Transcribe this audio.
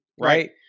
right